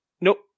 Nope